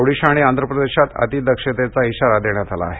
ओडीशा आणि आंध्रप्रदेशात अतिदक्षतेचा इशारा देण्यात आला आहे